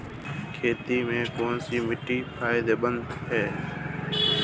खेती में कौनसी मिट्टी फायदेमंद है?